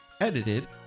Edited